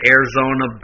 Arizona